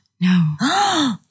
No